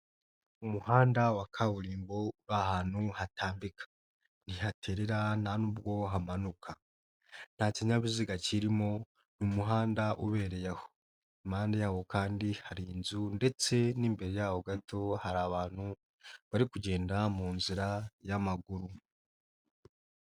Mu umuhanda wa kaburimbo uri ahantu hatambika. Ntihaterera nta n'ubwo hamanuka. nta kinyabiziga kirimo, ni umuhanda ubereye aho. Impande yawo kandi hari inzu ndetse n'imbere yaho gato hari abantu bari kugenda mu nzira y'amaguru.